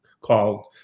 called